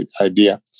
idea